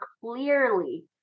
clearly